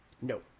No